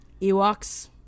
Ewoks